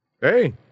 Hey